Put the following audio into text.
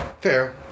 Fair